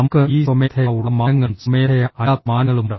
നമുക്ക് ഈ സ്വമേധയാ ഉള്ള മാനങ്ങളും സ്വമേധയാ അല്ലാത്ത മാനങ്ങളുമുണ്ട്